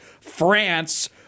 France